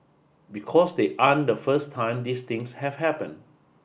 because they aren't the first time these things have happened